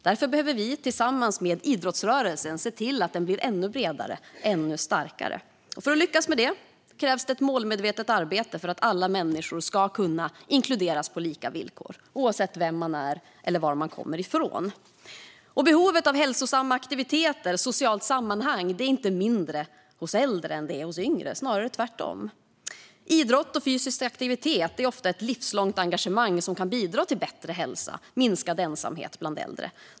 Därför behöver vi tillsammans med idrottsrörelsen se till att den blir ännu bredare och ännu starkare. För att lyckas med det krävs ett målmedvetet arbete för att alla människor ska kunna inkluderas på lika villkor, oavsett vem man är eller var man kommer ifrån. Behovet av hälsosamma aktiviteter och socialt sammanhang är inte mindre hos äldre än hos yngre, snarare tvärtom. Idrott och fysisk aktivitet är ofta ett livslångt engagemang som kan bidra till bättre hälsa och minskad ensamhet bland äldre.